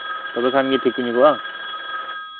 ᱛᱚᱵᱮ ᱠᱷᱟᱱ ᱜᱤᱧ ᱴᱷᱤᱠ ᱧᱚᱜᱚᱜᱼᱟ